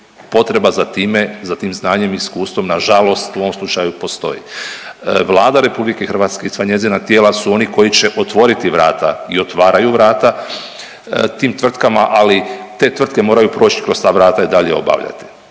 potreba za time, za tim znanjem i iskustvom nažalost u ovom slučaju postoji. Vlada RH i sva njezina tijela su oni koji će otvoriti vrata i otvaraju vrata tim tvrtkama, ali te tvrtke moraju proć kroz ta vrata i dalje obavljati